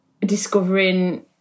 discovering